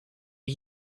are